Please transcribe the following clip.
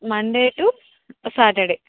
Monday to Saturday